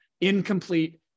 incomplete